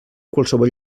qualsevol